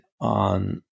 on